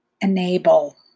enable